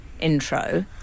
Intro